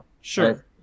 sure